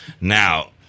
Now